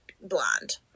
blonde